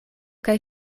kaj